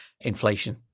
inflation